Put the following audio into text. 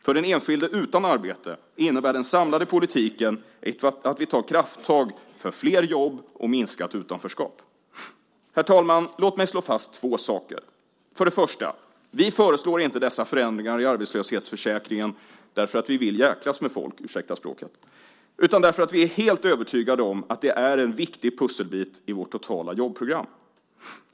För den enskilde utan arbete innebär den samlade politiken att vi tar krafttag för flera jobb och minskat utanförskap. Herr talman! Låt mig slå fast två saker. För det första: Vi föreslår inte dessa förändringar i arbetslöshetsförsäkringen därför att vi vill jäklas med folk - ursäkta språket - utan därför att vi är helt övertygade om att det är en viktig pusselbit i vårt totala jobbprogram.